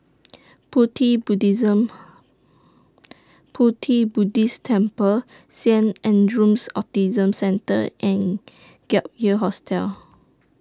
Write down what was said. Pu Ti Buddhist Temple Saint Andrew's Autism Centre and Gap Year Hostel